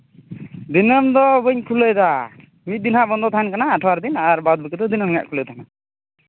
ᱫᱤᱱᱟᱹᱢ ᱫᱚ ᱵᱟᱹᱧ ᱠᱷᱩᱞᱟᱹᱣᱫᱟ ᱢᱤᱫ ᱫᱤᱱ ᱦᱟᱸᱜ ᱵᱚᱱᱫᱚ ᱛᱟᱦᱮᱱ ᱠᱟᱱᱟ ᱟᱴᱷᱣᱟᱨ ᱫᱤᱱ ᱟᱨ ᱵᱟᱫ ᱵᱟᱹᱠᱤ ᱫᱚ ᱫᱤᱱᱟᱹᱢ ᱜᱮᱦᱟᱸᱜ ᱠᱷᱩᱞᱟᱹᱣ ᱛᱟᱦᱮᱱᱟ